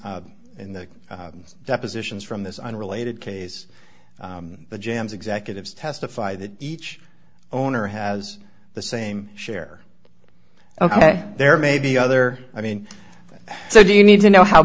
but in the depositions from this unrelated case the jambs executives testify that each owner has the same share ok there maybe other i mean so do you need to know how